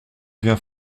vient